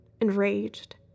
enraged